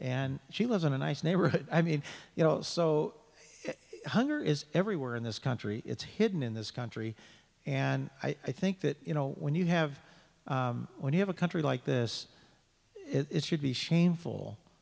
and she lives in a nice neighborhood i mean you know so hunger is everywhere in this country it's hidden in this country and i think that you know when you have when you have a country like this it should be shameful